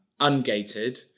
ungated